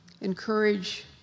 encourage